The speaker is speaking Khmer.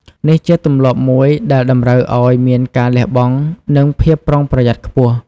នេះជាទម្លាប់មួយដែលតម្រូវឲ្យមានការលះបង់ និងភាពប្រុងប្រយ័ត្នខ្ពស់។